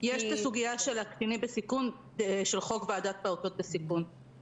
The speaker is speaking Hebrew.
יש את הסוגיה של קטינים בסיכון של חוק ועדת פעוטות בסיכון,